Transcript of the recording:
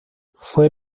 fue